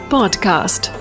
Podcast